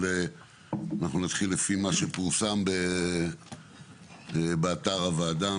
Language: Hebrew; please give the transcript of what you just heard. אבל אנחנו נתחיל לפי מה שפורסם באתר הוועדה,